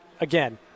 again